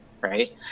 right